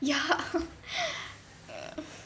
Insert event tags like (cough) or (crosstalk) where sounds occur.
ya (laughs)